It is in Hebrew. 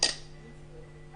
מי רוצה להגדיל את